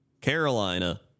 Carolina